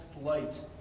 light